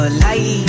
light